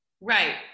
Right